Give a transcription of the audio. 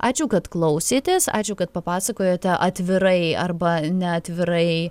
ačiū kad klausėtės ačiū kad papasakojote atvirai arba neatvirai